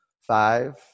Five